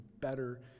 better